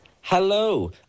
hello